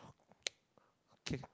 okay